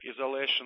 isolation